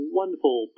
wonderful